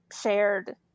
shared